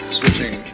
switching